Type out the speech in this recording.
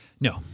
No